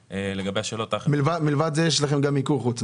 מלבד זה יש לכם גם מיקור חוץ.